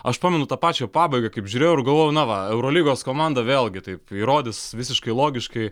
aš pamenu tą pačią pabaigą kaip žiūrėjau ir galvojau na va eurolygos komanda vėlgi taip įrodys visiškai logiškai